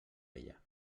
ella